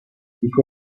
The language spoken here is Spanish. hijo